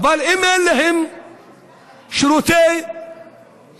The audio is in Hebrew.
אבל אם אין להם שירותי בריאות,